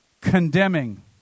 condemning